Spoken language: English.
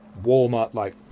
Walmart-like